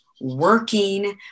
working